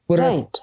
right